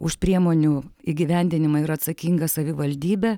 už priemonių įgyvendinimą yra atsakinga savivaldybė